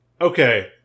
Okay